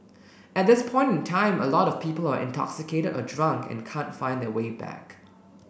at this point in time a lot of people are intoxicated or drunk and can't find their way back